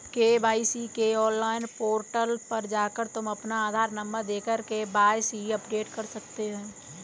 KYC के online portal पर जाकर तुम अपना आधार नंबर देकर के.वाय.सी अपडेट कर सकते हो